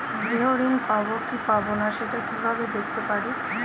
গৃহ ঋণ পাবো কি পাবো না সেটা কিভাবে দেখতে পারি?